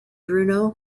bruno